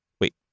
Wait